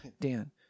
Dan